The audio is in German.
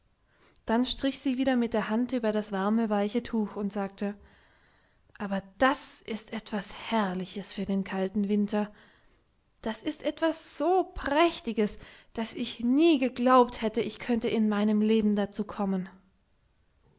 dann strich sie wieder mit der hand über das warme weiche tuch und sagte aber das ist etwas herrliches für den kalten winter das ist etwas so prächtiges daß ich nie geglaubt hätte ich könnte in meinem leben dazu kommen